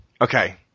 Okay